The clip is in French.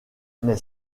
n’est